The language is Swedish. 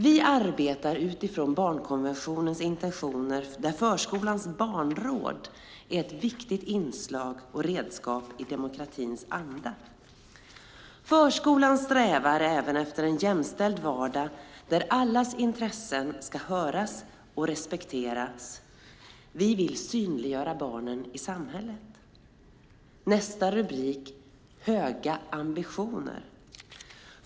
Vi arbetar utifrån barnkonventionens intentioner där förskolans barnråd är ett viktigt redskap i demokratins anda. Förskolan strävar även efter en jämställd vardag där allas intressen ska höras och respekteras. Vi vill synliggöra barnen i samhället." Nästa rubrik är Höga ambitioner.